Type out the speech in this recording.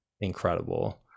incredible